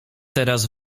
teraz